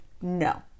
no